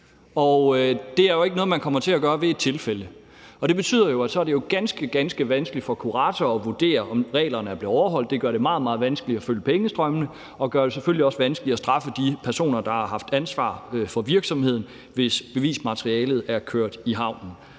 Det er jo ikke noget, man kommer til at gøre ved et tilfælde. Og det betyder, at så er det jo ganske, ganske vanskeligt for kurator at vurdere, om reglerne er blevet overholdt. Det gør det meget, meget vanskeligt at følge pengestrømmene, og det gør det selvfølgelig også vanskeligt at straffe de personer, der har haft ansvaret for virksomheden, hvis bevismaterialet er kørt i havnen.